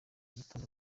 gitondo